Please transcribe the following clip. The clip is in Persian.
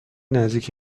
نزدیک